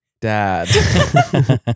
Dad